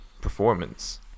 performance